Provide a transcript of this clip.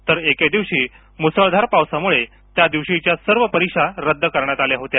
तर मुसळधार पावसामुळे त्या दिवशीच्या सर्व परीक्षा रद्द करण्यात आल्या होत्या